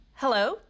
Hello